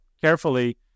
carefully